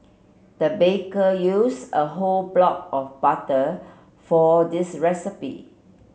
the baker use a whole block of butter for this recipe